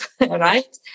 right